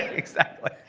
exactly,